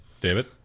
David